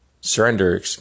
surrender